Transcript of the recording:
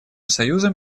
союзом